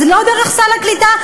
אז לא דרך סל הקליטה,